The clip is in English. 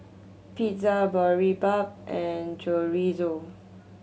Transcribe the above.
Pizza Boribap and Chorizo